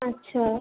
আচ্ছা